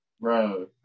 bro